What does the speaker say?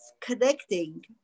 connecting